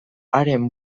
haren